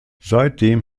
seitdem